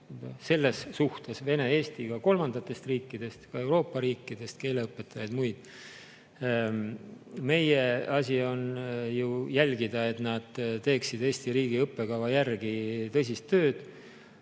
on tulnud hoopis kolmandatest riikidest, ka Euroopa riikidest, keeleõpetajaid ja muid. Meie asi on ju jälgida, et nad teeksid Eesti riigi õppekava järgi tõsist tööd